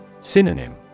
Synonym